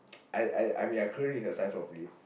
I I I mean I couldn't read her signs properly